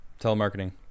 Telemarketing